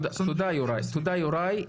תודה יוראי.